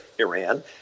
Iran